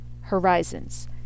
horizons